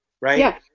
right